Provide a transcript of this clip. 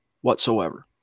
whatsoever